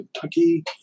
Kentucky